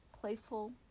playful